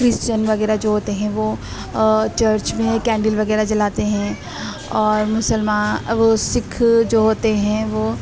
Christian وغیرہ جو ہوتے ہیں وہ چرچ میں کینڈل وغیرہ جلاتے ہیں اور مسلمان وہ سکھ جو ہوتے ہیں وہ